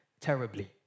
terribly